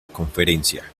conferencia